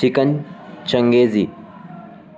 chicken changezi